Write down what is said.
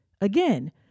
Again